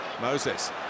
Moses